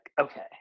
okay